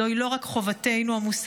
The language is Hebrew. זוהי לא רק חובתנו המוסרית,